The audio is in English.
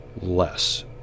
less